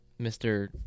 Mr